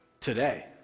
today